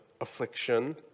affliction